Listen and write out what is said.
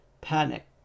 Panic